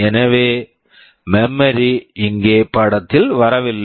எனவே memory memory இங்கே படத்தில் வரவில்லை